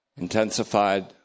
intensified